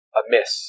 amiss